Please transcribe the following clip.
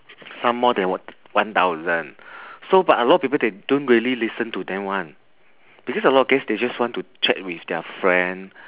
somemore they o~ one thousand so but a lot people they don't really listen to them one because a lot of guest they just want to chat with their friend